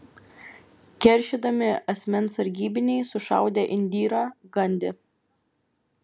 keršydami asmens sargybiniai sušaudė indirą gandi